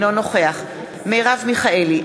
אינו נוכח מרב מיכאלי,